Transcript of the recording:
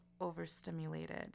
overstimulated